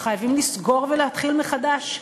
חייבים לסגור ולהתחיל מחדש.